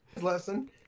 Lesson